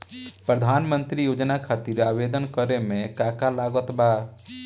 प्रधानमंत्री योजना खातिर आवेदन करे मे का का लागत बा?